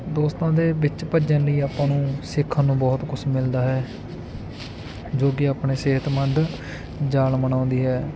ਦੋਸਤਾਂ ਦੇ ਵਿੱਚ ਭੱਜਣ ਲਈ ਆਪਾਂ ਨੂੰ ਸਿੱਖਣ ਨੂੰ ਬਹੁਤ ਕੁਛ ਮਿਲਦਾ ਹੈ ਜੋ ਕਿ ਆਪਣੇ ਸਿਹਤਮੰਦ ਜਾਲ ਮਨਾਉਂਦੀ ਹੈ